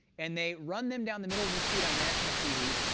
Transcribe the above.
and they run them down the middle of the street on national tv,